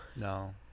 No